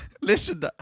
Listen